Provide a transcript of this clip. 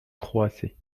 croasser